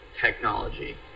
technology